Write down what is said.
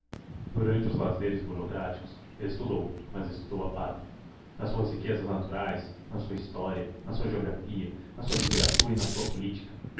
durante os lazeres burocráticos estudou mas estudou a pátria nas suas riquezas naturais na sua história na sua geografia na sua literatura e na sua política